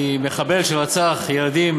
כי מחבל שרצח ילדים